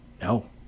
No